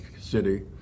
city